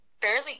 fairly